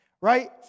right